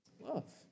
Love